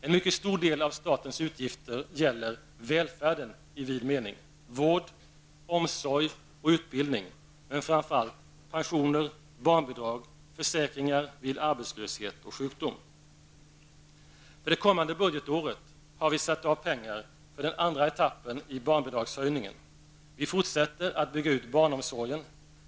En mycket stor del av statens utgifter gäller välfärden i vid mening: vård, omsorg och utbildning, men framför allt pensioner, barnbidrag samt försäkringar vid arbetslöshet och sjukdom. För det kommande budgetåret har vi satt av pengar för den andra etappen i barnbidragshöjningen. Vi fortsätter att bygga ut barnomsorgen.